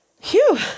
Phew